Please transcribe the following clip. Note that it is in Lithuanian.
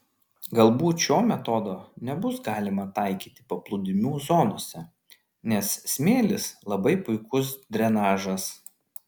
galbūt šio metodo nebus galima taikyti paplūdimių zonose nes smėlis labai puikus drenažas